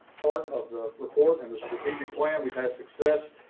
part of the report and the strategic plan we've had success,